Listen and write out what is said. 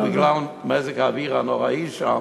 רק בגלל מזג האוויר הנוראי שם,